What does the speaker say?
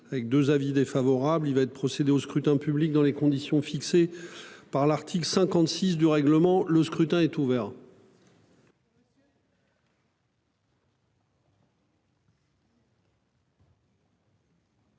avec 2 avis défavorables, il va être procédé au scrutin public dans les conditions fixées par l'article 56 du règlement, le scrutin est ouvert.